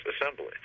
assembly